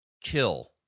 kill